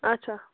اَچھا